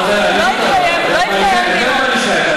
לא התקיים דיון.